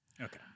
Okay